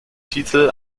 titel